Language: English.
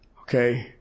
Okay